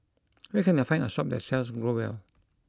where can I find a shop that sells Growell